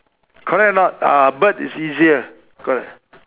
correct or not ah bird is easier correct